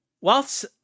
Whilst